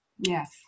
Yes